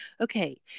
okay